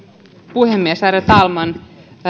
puhemies ärade talman